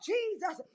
Jesus